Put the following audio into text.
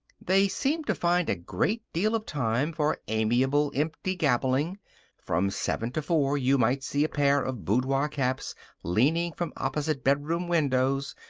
they seemed to find a great deal of time for amiable, empty gabbling from seven to four you might see a pair of boudoir caps leaning from opposite bedroom windows,